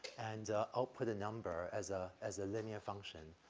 and output a number as a as a linear function,